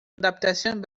adaptación